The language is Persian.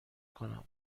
کنم